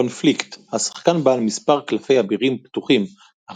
קונפליקט - השחקן בעל מספר קלפי אבירים 'פתוחים'